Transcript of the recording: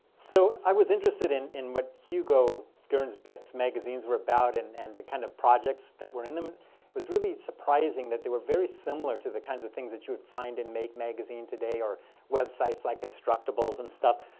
so i was interested in in what hugo gernsback's magazines were about and and the kind of projects that were in them. it and was really surprising that they were very similar to the kinds of things that you would find in make magazine today or websites like instructables and stuff.